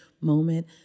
moment